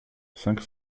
cinq